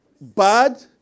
bad